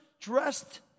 dressed